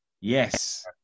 Yes